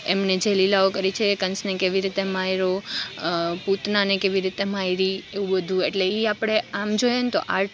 એમણે જે લીલાઓ કરી છે કંસને કેવી રીતે માર્યો પૂતનાને કેવી રીતે મારી એ બધું એટલે એ આપણે આમ જોઈએને તો આર્ટ